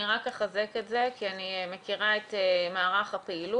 אני רק אחזק את זה כי אני מכירה את מערך הפעילות.